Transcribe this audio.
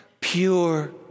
pure